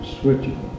switching